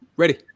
Ready